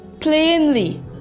plainly